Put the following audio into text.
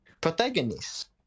protagonist